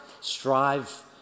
strive